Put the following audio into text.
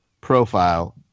profile